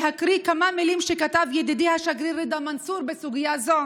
להקריא כמה מילים שכתב ידידי השגריר רדא מנצור בסוגיה זו.